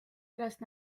üles